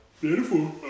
beautiful